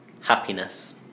Happiness